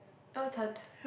your turn